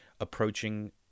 approaching